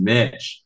Mitch